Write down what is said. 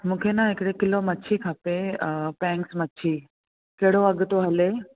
मूंखे न हिकिड़ी किलो मछी खपे पैंक्स मछी कहिड़ो अघ थो हले